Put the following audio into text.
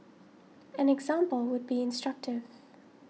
an example would be instructive